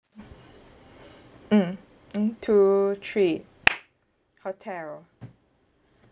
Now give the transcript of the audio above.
mm one two three hotel